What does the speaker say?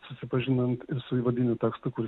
susipažinant su įvadiniu tekstu kuris